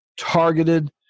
targeted